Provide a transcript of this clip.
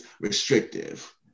restrictive